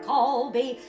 Colby